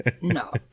No